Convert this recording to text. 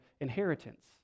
inheritance